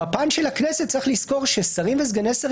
בפן של הכנסת צריך לזכור ששרים וסגני שרים